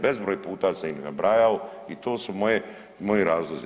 Bezbroj puta sam ih nabrajao i to su moji razlozi.